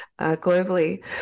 globally